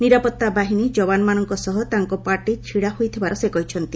ନିରାପତ୍ତା ବାହିନୀ ଯବାନମାନଙ୍କ ସହ ତାଙ୍କ ପାର୍ଟି ଛିଡ଼ା ହୋଇଥିବାର ସେ କହିଛନ୍ତି